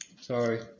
Sorry